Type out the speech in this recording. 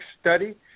study